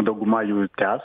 dauguma jų tęs